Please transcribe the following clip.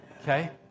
Okay